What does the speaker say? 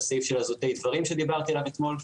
הסעיף של הזוטי דברים שדיברתי עליו אתמול,